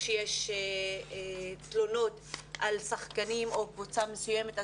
כשיש תלונות על שחקנים או על קבוצה מסוימת,